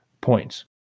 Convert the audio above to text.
points